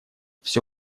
все